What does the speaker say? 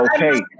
okay